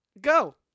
go